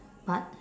but